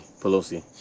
Pelosi